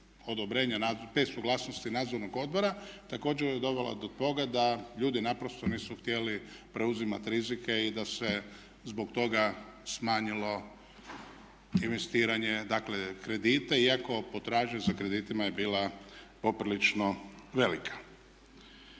odobrenja, bez suglasnosti Nadzornog odbora također je dovela do toga da ljudi naprosto nisu htjeli preuzimati rizike i da se zbog toga smanjilo investiranje, dakle kredite iako potražnja za kreditima je bila poprilično velika.